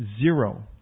Zero